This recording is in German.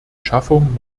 schaffung